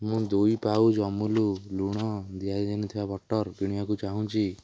ମୁଁ ଦୁଇ ପାଉଚ୍ ଅମୁଲ ଲୁଣ ଦିଆଯାଇନଥିବା ବଟର୍ କିଣିବାକୁ ଚାହୁଁଛି